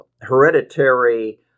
hereditary